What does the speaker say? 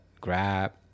Grab